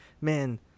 man